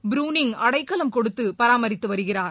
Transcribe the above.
pruning அடைக்கலம் கொடுத்துபாரமரித்துவருகிறார்